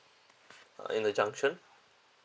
in the junction